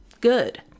good